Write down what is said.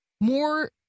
more